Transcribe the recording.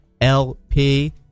LP